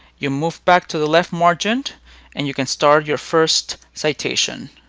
you move back to the left margin and you can start your first citation.